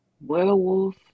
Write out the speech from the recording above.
Werewolf